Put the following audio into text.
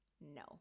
No